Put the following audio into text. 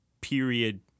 period